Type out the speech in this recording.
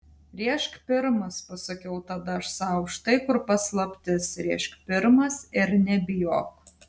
rėžk pirmas pasakiau tada aš sau štai kur paslaptis rėžk pirmas ir nebijok